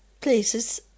places